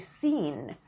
seen